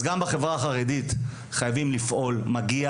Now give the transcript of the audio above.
אז גם בחברה החרדית חייבים לפעול מגיע